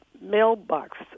mailbox